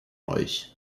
euch